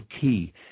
key